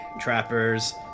trappers